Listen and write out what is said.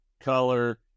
color